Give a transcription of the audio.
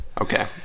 Okay